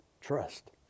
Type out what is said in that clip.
Trust